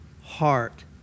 heart